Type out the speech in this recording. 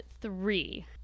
three